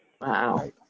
Wow